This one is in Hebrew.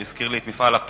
שהזכיר לי את מפעל הפיס.